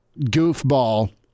goofball